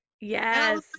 Yes